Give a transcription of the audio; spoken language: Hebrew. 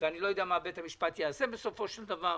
אני לא יודע מה בית המשפט יעשה בסופו של דבר